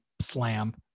slam